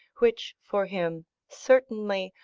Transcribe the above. which for him, certainly,